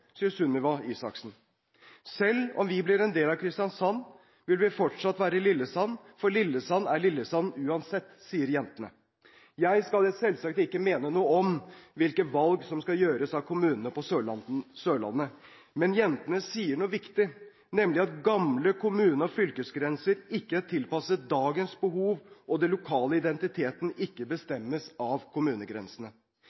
Isaksen. Selv om vi blir en del av Kristiansand, vil vi fortsatt være i Lillesand, for Lillesand er Lillesand, uansett, sier jentene. Jeg skal selvsagt ikke mene noe om hvilke valg som skal gjøres av kommunene på Sørlandet, men jentene sier noe viktig, nemlig at gamle kommune- og fylkesgrenser ikke er tilpasset dagens behov, og at den lokale identiteten ikke